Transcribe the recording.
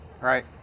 Right